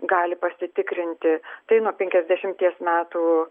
gali pasitikrinti tai nuo penkiasdešimties metų